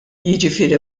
jiġifieri